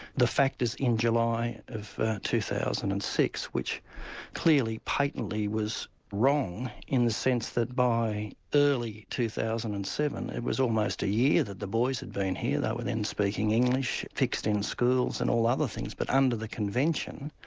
the fact is in july of two thousand and six, which clearly, patently, was wrong in the sense that by early two thousand and seven it was almost a year that the boys had been here, they were then speaking english, fixed in schools and all other things but under the convention,